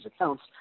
accounts